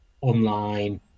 online